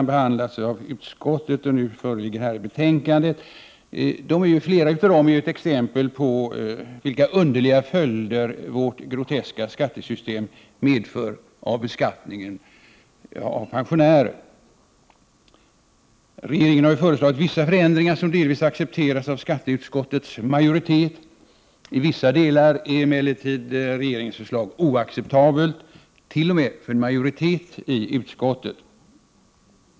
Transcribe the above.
behandlats i utskottet för att nu föreligga i betänkandet är ju exempel på vilka 14 december 1988 underliga följder vårt groteska skattesystem medför vid beskattningen av Jiao em pensionärer. Regeringen har föreslagit vissa ändringar, som delvis har accepterats av skatteutskottets majoritet, men i vissa delar är regeringens förslag oacceptabelt t.o.m. för en majoritet i utskottet.